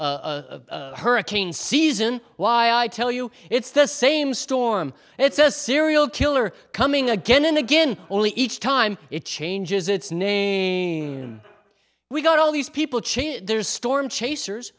a hurricane season why i tell you it's the same storm and it's a serial killer coming again and again only each time it changes its name we got all these people change their storm chasers